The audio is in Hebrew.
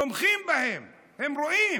הם רואים,